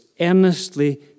earnestly